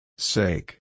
Sake